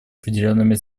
определенными